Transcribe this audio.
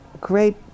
great